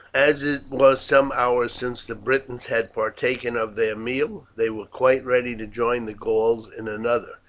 as it was some hours since the britons had partaken of their meal they were quite ready to join the gauls in another,